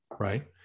Right